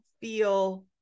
feel